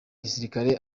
gisirikare